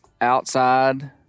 outside